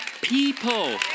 people